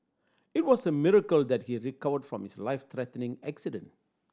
it was a miracle that he recovered from his life threatening accident